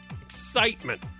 Excitement